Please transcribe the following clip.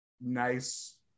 Nice